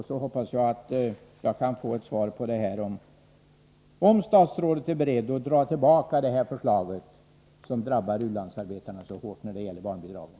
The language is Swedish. Jag hoppas att jag kan få ett svar på frågan om statsrådet är beredd att dra tillbaka dessa förslag, som drabbar u-landsarbetarna så hårt när det gäller barnbidragen.